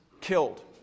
killed